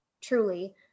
truly